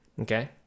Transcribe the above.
okay